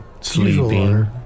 sleeping